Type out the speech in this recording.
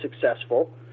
successful